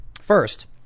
first